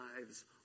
lives